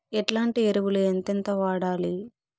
ఎట్లాంటి ఎరువులు ఎంతెంత వాడాలి?